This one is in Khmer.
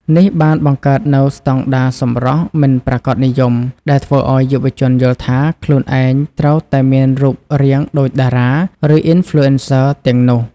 នេះបានបង្កើតនូវ ស្តង់ដារសម្រស់មិនប្រាកដនិយម ដែលធ្វើឲ្យយុវជនយល់ថា ខ្លួនឯងត្រូវតែមានរូបរាងដូចតារា ឬ អុីនផ្លូអេនសឺ ទាំងនោះ។